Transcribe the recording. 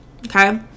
Okay